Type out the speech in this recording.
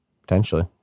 Potentially